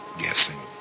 guessing